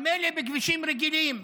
מילא בכבישים רגילים,